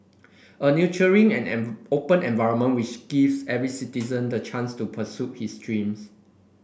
a nurturing and an open environment which gives every citizen the chance to pursue his dreams